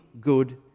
good